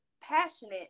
passionate